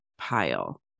pile